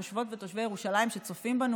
תושבות ותושבי ירושלים שצופים בנו,